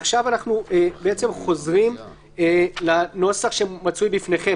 עכשיו אנחנו חוזרים לנוסח שמצוי בפניכם.